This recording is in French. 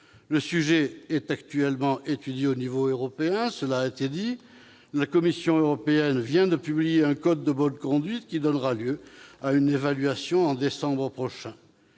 Le sujet est actuellement étudié au niveau européen, comme cela a été dit. La Commission européenne vient de publier un code de bonne conduite, qui donnera lieu à une évaluation en décembre prochain.